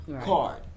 card